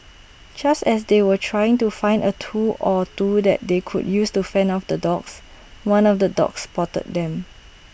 just as they were trying to find A tool or two that they could use to fend off the dogs one of the dogs spotted them